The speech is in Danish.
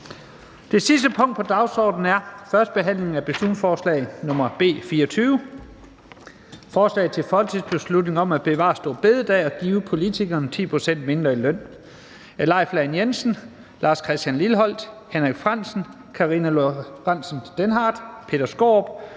Det sidste punkt på dagsordenen er: 8) 1. behandling af beslutningsforslag nr. B 24: Forslag til folketingsbeslutning om at bevare store bededag og give politikerne 10 pct. mindre i løn (borgerforslag). Af Leif Lahn Jensen (S), Lars Christian Lilleholt (V), Henrik Frandsen (M), Karina Lorentzen Dehnhardt (SF), Peter Skaarup